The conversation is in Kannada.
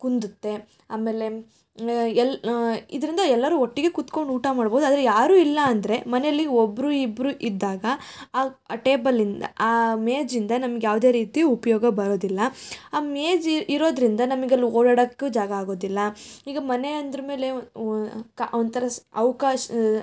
ಕುಂದುತ್ತೆ ಆಮೇಲೆ ಎಲ್ಲ ಇದರಿಂದ ಎಲ್ಲರೂ ಒಟ್ಟಿಗೆ ಕೂತ್ಕೊಂಡು ಊಟ ಮಾಡ್ಬೋದು ಆದರೆ ಯಾರೂ ಇಲ್ಲ ಅಂದರೆ ಮನೆಯಲ್ಲಿ ಒಬ್ಬರು ಇಬ್ಬರು ಇದ್ದಾಗ ಆ ಆ ಟೇಬಲ್ಲಿಂದ ಆ ಮೇಜಿಂದ ನಮ್ಗೆ ಯಾವುದೇ ರೀತಿ ಉಪಯೋಗ ಬರೋದಿಲ್ಲ ಆ ಮೇಜು ಇ ಇರೋದರಿಂದ ನಮಗೆ ಅಲ್ಲಿ ಓಡಾಡೋಕ್ಕೂ ಜಾಗ ಆಗೋದಿಲ್ಲ ಈಗ ಮನೆ ಅಂದ ಮೇಲೆ ಒಂಥರ ಸ್ ಅವ್ಕಾಶ